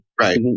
Right